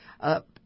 Up